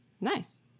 Nice